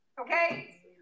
Okay